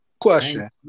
question